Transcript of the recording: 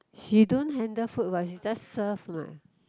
she don't handle food what she just serve what